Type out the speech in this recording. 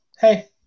hey